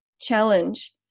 challenge